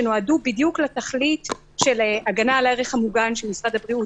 שנועדו בדיוק לתכלית של הגנה על הערך המוגן שמשרד הבריאות